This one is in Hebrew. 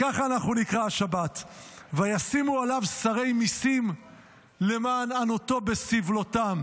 כך נקרא השבת: "וישימו עליו שרי מסים למען עַנֹּתו בסבלֹתם